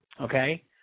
okay